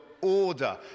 order